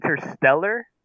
Interstellar